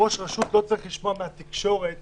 ראש רשות לא צריך לשמוע מהתקשורת